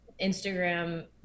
Instagram